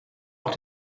auch